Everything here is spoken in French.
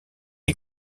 est